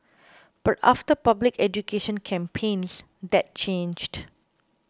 but after public education campaigns that changed